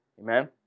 Amen